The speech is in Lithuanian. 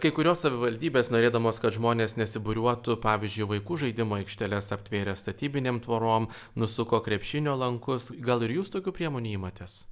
kai kurios savivaldybės norėdamos kad žmonės nesibūriuotų pavyzdžiui vaikų žaidimų aikšteles aptvėrė statybinėm tvorom nusuko krepšinio lankus gal ir jūs tokių priemonių imatės